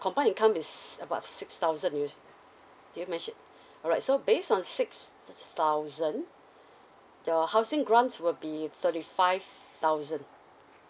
combine income is about six thousand you did you mention alright so based on six thousand the housing grants will be thirty five thousand